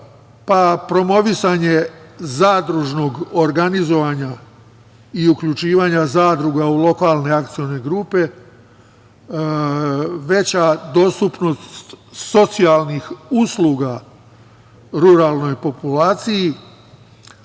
promovisanje zadružnog organizovanja i uključivanja zadruga u lokalne akcione grupe, veća dostupnost socijalnih usluga ruralnoj populaciji,